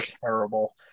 terrible